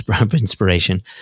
inspiration